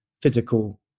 physical